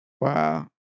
Wow